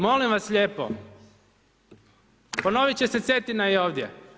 Molim vas lijepo ponovit će se Cetina i ovdje.